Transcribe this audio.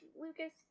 Lucas